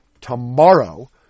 tomorrow